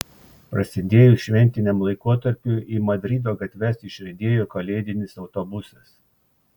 prasidėjus šventiniam laikotarpiui į madrido gatves išriedėjo kalėdinis autobusas